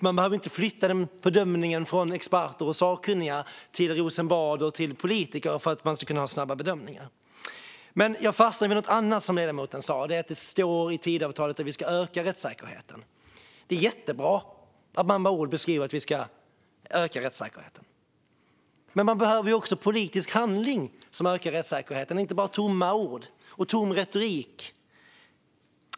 Man behöver alltså inte flytta bedömningen från experter och sakkunniga till Rosenbad och politiker för att kunna ha snabba bedömningar. Men jag fastnade på något annat som ledamoten sa, nämligen att det står i Tidöavtalet att man ska öka rättssäkerheten. Det är jättebra att man med ord beskriver att man ska öka rättssäkerheten. Men man behöver också politisk handling som ökar rättssäkerheten, inte bara tomma ord och tom retorik.